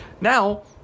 Now